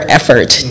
effort